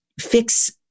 fix